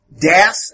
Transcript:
death